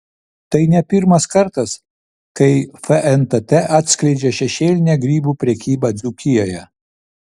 tai ne pirmas kartas kai fntt atskleidžia šešėlinę grybų prekybą dzūkijoje